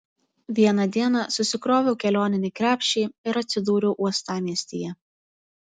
vieną dieną susikroviau kelioninį krepšį ir atsidūriau uostamiestyje